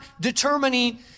determining